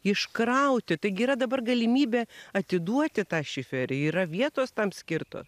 iškrauti taigi yra dabar galimybė atiduoti tą šiferį yra vietos tam skirtos